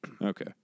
Okay